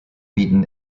beaten